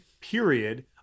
period